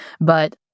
But-